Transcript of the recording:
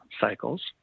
cycles